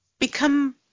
Become